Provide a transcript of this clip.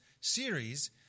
series